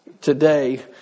today